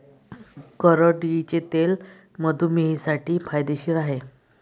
करडईचे तेल मधुमेहींसाठी फायदेशीर आहे